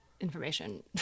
information